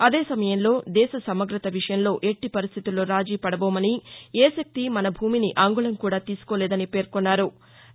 అదే సమయంలో దేశ సమగ్రత విషయంలో ఎట్టిపరిస్టితుల్లో రాజీపడబోమని ఏ శక్తి మన భూమిని అంగుళం కూడా తీసుకోలేదని పేర్కొన్నారు